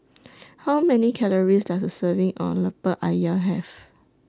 How Many Calories Does A Serving of Lemper Ayam Have